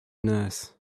nurse